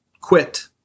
quit